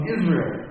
Israel